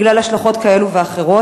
בגלל השלכות כאלה ואחרות.